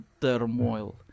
turmoil